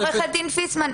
עו"ד פיסמן,